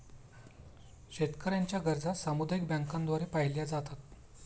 शेतकऱ्यांच्या गरजा सामुदायिक बँकांद्वारे पाहिल्या जातात